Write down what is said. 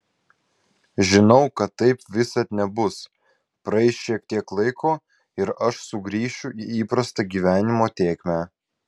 žinau kad taip visad nebus praeis šiek tiek laiko ir aš sugrįšiu į įprastą gyvenimo tėkmę